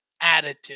attitude